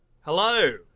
Hello